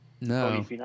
no